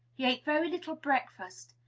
he ate very little breakfast.